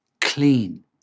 clean